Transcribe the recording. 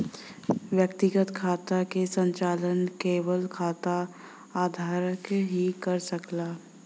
व्यक्तिगत खाता क संचालन केवल खाता धारक ही कर सकला